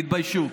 תתביישו.